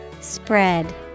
Spread